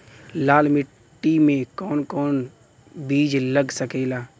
लाल मिट्टी में कौन कौन बीज लग सकेला?